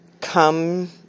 come